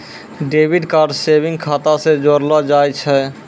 debit card savings खाता से जोड़लो जाय छै